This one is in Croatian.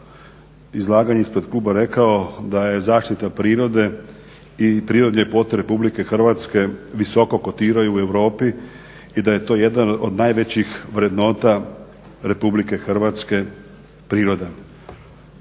izlaganja ispred kluba rekao da je zaštita prirode i prirodne ljepote RH visoko kotiraju u Europi i da je to jedna od najvećih vrednota RH priroda.